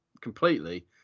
completely